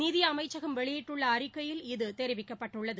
நிதி அமைச்சகம் வெளியிட்டுள்ள அறிக்கையில் இது தெரிவிக்கப்பட்டுள்ளது